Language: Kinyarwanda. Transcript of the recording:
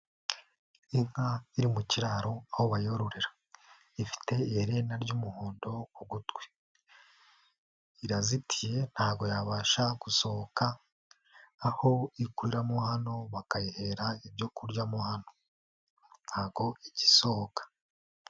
Inka iri mu kiraro aho bayororera, ifite iherena ry'umuhondo ku gutwi, irazitiye ntago yabasha gusohoka aho ikuriramo hano bakayihera ibyo kurya mu hano, ntago igjya isohoka.